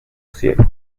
ciego